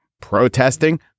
protesting